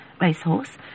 racehorse